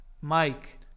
Mike